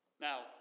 Now